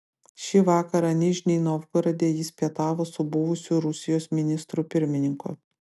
šį vakarą nižnij novgorode jis pietavo su buvusiu rusijos ministru pirmininku